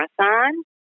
marathon